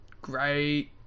great